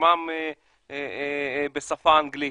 ששמן בשפה האנגלית.